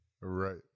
Right